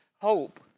hope